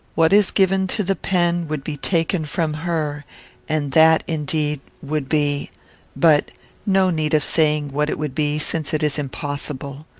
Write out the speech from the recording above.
what is given to the pen would be taken from her and that, indeed, would be but no need of saying what it would be, since it is impossible.